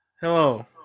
Hello